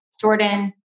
Jordan